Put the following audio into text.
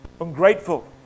ungrateful